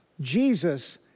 Jesus